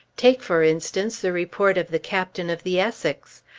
take, for instance, the report of the captain of the essex.